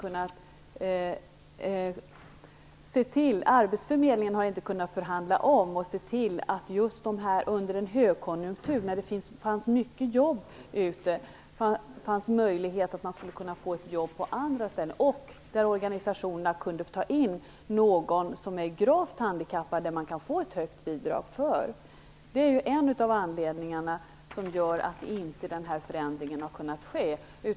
Arbetsförmedlingen har inte kunnat förhandla om och se till att det för just de här människorna under en högkonjunktur med många jobb fanns möjligheter till jobb på andra ställen samt möjligheter för organisationerna att ta in en som är gravt handikappad, för vilken man kan få ett högt bidrag. Detta är en av anledningarna till att nämnda förändring inte har kunnat ske.